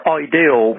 ideal